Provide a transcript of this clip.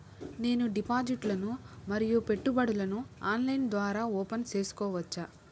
నేను డిపాజిట్లు ను మరియు పెట్టుబడులను ఆన్లైన్ ద్వారా ఓపెన్ సేసుకోవచ్చా?